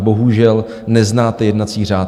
Bohužel, neznáte jednací řád.